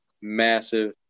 massive